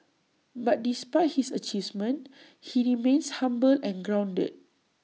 but despite his achievements he remains humble and grounded